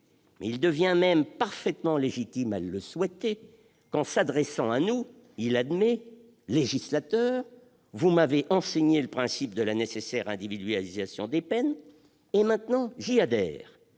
Il est même parfaitement légitime à le souhaiter quand, s'adressant à nous, il admet :« Législateurs, vous m'avez enseigné le principe de la nécessaire individualisation des peines et maintenant j'y adhère ;